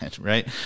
right